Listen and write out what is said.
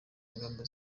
ingamba